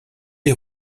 est